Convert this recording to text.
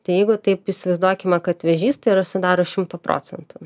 tai jeigu taip įsivaizduokime kad vėžys tai yra sudaro šimtą procentų